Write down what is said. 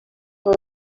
for